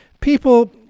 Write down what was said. people